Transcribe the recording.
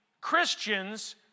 Christians